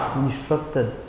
instructed